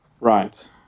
Right